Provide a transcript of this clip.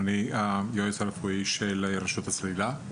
אני היועץ הרפואי של רשות הצלילה.